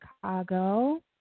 Chicago